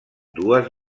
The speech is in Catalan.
dues